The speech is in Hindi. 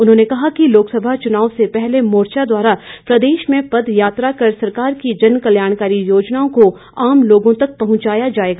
उन्होंने कहा कि लोकसभा चुनाव से पहले मोर्चा द्वारा प्रदेश में पद यात्रा कर सरकार की जन कल्याणकारी योजनाओं को आम लोगों तक पहुंचाया जाएगा